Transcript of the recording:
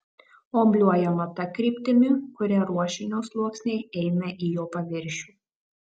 obliuojama ta kryptimi kuria ruošinio sluoksniai eina į jo paviršių